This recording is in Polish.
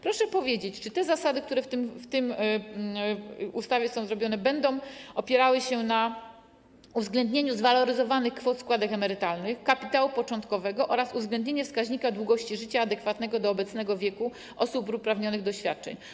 Proszę powiedzieć, czy te zasady, które są zawarte w tej ustawie, będą opierały się na uwzględnieniu zwaloryzowanych kwot składek emerytalnych, kapitału początkowego oraz wskaźnika długości życia adekwatnego do obecnego wieku osób uprawnionych do świadczeń.